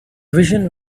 vision